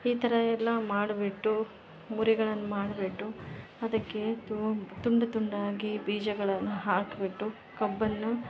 ಈ ಥರಯಲ್ಲ ಮಾಡಿಬಿಟ್ಟು ಮುರಿಗಳನ್ನು ಮಾಡಿಬಿಟ್ಟು ಅದಕ್ಕೆ ತುಂಬ ತುಂಡು ತುಂಡಾಗಿ ಬೀಜಗಳನ್ನು ಹಾಕಿಬಿಟ್ಟು ಕಬ್ಬನ್ನು